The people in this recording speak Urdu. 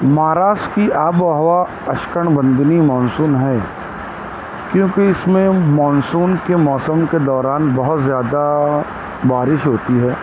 مہاراشٹر کی آب و ہوا اسکن وندنی مانسون ہے کیونکہ اس میں مانسون کے موسم کے دوران بہت زیادہ بارش ہوتی ہے